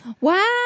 wow